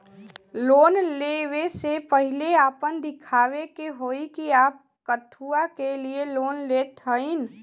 Loan ले वे से पहिले आपन दिखावे के होई कि आप कथुआ के लिए लोन लेत हईन?